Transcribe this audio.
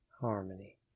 harmony